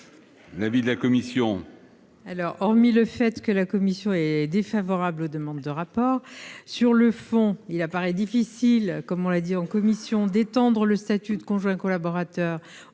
l'avis de la commission